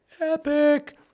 epic